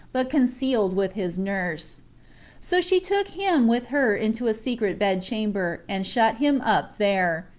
but concealed with his nurse so she took him with her into a secret bed-chamber, and shut him up there,